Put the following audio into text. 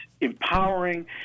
empowering